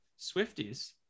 Swifties